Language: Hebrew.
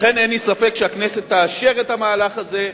לכן אין לי ספק שהכנסת תאשר את המהלך הזה,